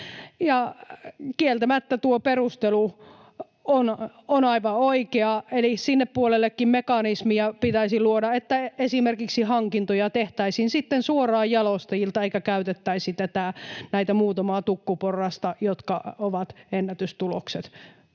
Kieltämättä tuo perustelu on aivan oikea, eli sinne puolellekin mekanismia pitäisi luoda, niin että esimerkiksi hankintoja tehtäisiin sitten suoraan jalostajilta eikä käytettäisi näitä muutamaa tukkuporrasta, jotka ovat ennätystulokset